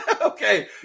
Okay